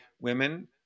women